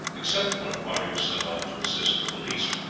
except when a party was sent off to assist the police.